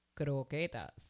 croquetas